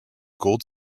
gold